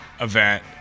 event